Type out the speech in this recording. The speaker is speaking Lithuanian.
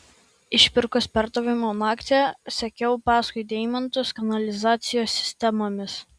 išpirkos perdavimo naktį sekiau paskui deimantus kanalizacijos sistemomis